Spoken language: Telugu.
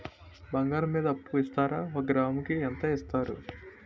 బంగారం మీద అప్పు ఇస్తారా? ఒక గ్రాము కి ఎంత ఇస్తారు?